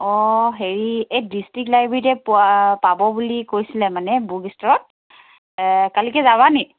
অঁ হেৰি এই ডিষ্ট্ৰিক্ট লাইব্ৰেৰীতে পোৱা পাব বুলি কৈছিলে মানে বুক ষ্ট'ৰত কালিকৈ যাবা নি